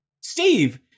Steve